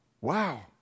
Wow